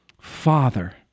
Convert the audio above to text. Father